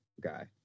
guy